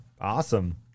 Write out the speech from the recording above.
Awesome